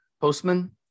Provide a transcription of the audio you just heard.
postman